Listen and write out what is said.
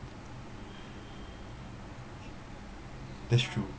that's true